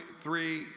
three